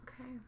Okay